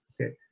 okay